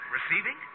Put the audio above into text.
Receiving